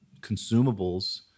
consumables